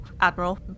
admiral